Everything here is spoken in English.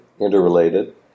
interrelated